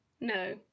no